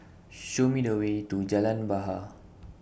Show Me The Way to Jalan Bahar